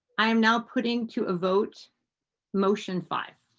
i'm now putting to a vote motion five.